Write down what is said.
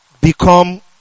become